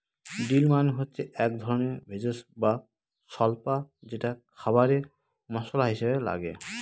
deal মানে হচ্ছে এক ধরনের ভেষজ বা স্বল্পা যেটা খাবারে মশলা হিসাবে লাগে